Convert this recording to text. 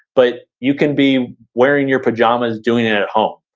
but you can be wearing your pajamas, doing it at home,